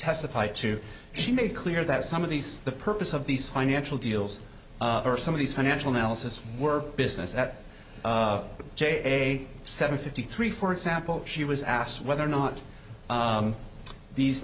testified to he made clear that some of these the purpose of these financial deals or some of these financial analysis were business that j seven fifty three for example she was asked whether or not these